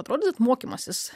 atrodyt mokymasis